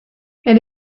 elle